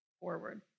forward